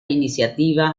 iniciativa